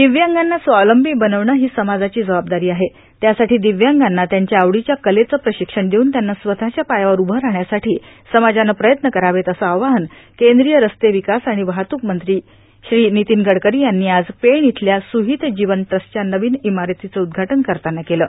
दिव्यांगांना स्वावलंबी बनविणं ही समाजाची जबाबदारी आहे त्यासाठी दिव्यांगांना त्यांच्या आवडीच्या कलेचं प्रशिक्षण देऊन त्यांना स्वतःच्या पायावर उभं राहण्यासाठी समाजानं प्रयत्न करावेत असं आवाहन केंद्रीय रस्ते विकास आणि वाहतूक मंत्री नितीन गडकरी यांनी आज पेण इथल्या सुहित जीवन ट्रस्टच्या नवीन इमारतीचं उद्घाटन करताना केलं